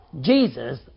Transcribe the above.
Jesus